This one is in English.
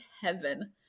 heaven